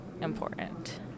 important